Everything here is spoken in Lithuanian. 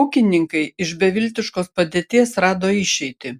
ūkininkai iš beviltiškos padėties rado išeitį